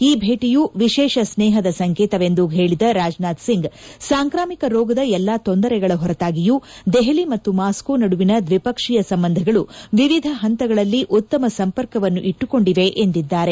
ಈ ಭೇಟಿಯು ವಿಶೇಷ ಸ್ತೇಹದ ಸಂಕೇತವೆಂದು ಹೇಳಿದ ರಾಜನಾಥ್ ಸಿಂಗ್ ಸಾಂಕ್ರಾಮಿಕ ರೋಗದ ಎಲ್ಲಾ ತೊಂದರೆಗಳ ಹೊರತಾಗಿಯೂ ದೆಹಲಿ ಮತ್ತು ಮಾಸ್ಕೋ ನಡುವಿನ ದ್ವಿಪಕ್ಷೀಯ ಸಂಬಂಧಗಳು ವಿವಿಧ ಹಂತಗಳಲ್ಲಿ ಉತ್ತಮ ಸಂಪರ್ಕವನ್ನು ಇಟ್ಟುಕೊಂಡಿವೆ ಎಂದಿದ್ದಾರೆ